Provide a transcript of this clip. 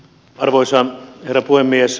arvoisa herra puhemies